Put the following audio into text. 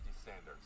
standards